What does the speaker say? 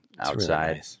Outside